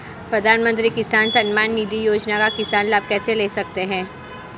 प्रधानमंत्री किसान सम्मान निधि योजना का किसान लाभ कैसे ले सकते हैं?